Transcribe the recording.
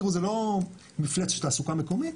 תראו, זה לא מפלצת של תעסוקה מקומית,